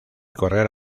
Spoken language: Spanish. correr